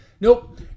Nope